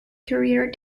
career